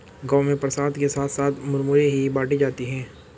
गांव में प्रसाद के साथ साथ मुरमुरे ही बाटी जाती है